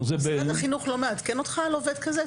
משרד החינוך לא מעדכן אותך על עובד כזה,